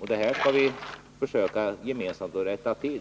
Detta skall vi försöka att gemensamt rätta till.